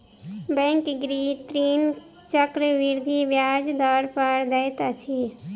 bank गृह ऋण चक्रवृद्धि ब्याज दर पर दैत अछि